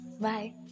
Bye